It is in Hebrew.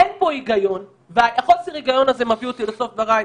אין פה היגיון וחוסר ההיגיון הזה מביא אותי לסוף דבריי.